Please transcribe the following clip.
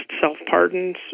self-pardons